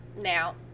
now